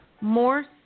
More